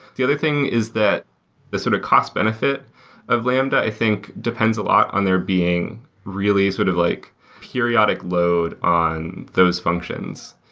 the other thing is that the sort of cost benefit of lambda i think depends a lot on their being really sort of like periodic load on those functions.